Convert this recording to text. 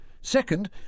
Second